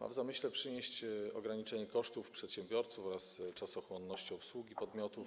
Ma w zamyśle przynieść ograniczenie kosztów działalności przedsiębiorców oraz czasochłonności obsługi podmiotów